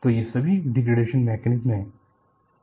तो ये सभी डिग्रेडेशन मैकेनिज़्म हैं